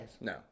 No